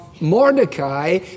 Mordecai